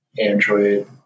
Android